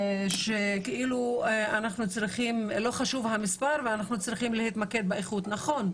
כאילו שאין חשיבות למספר ואנחנו צריכים להתמקד באיכות נכון,